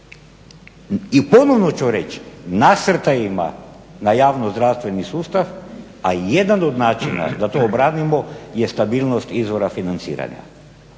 i ponovno ću reći nasrtajima na javno zdravstveni sustav, a jedan od načina da to obranimo je stabilnost izvora financiranja.